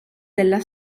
della